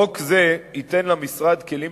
חוק זה ייתן למשרד להגנת הסביבה כלים